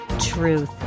truth